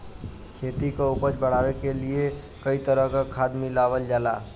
खेती क उपज बढ़ावे क लिए कई तरह क खाद मिलावल जाला